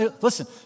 Listen